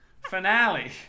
finale